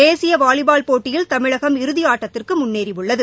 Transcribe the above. தேசிய வாலிபால் போட்டியில் தமிழகம் இறுதி ஆட்டத்திற்கு முன்னேறியுள்ளது